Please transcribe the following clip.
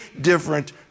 different